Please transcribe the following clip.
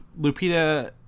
Lupita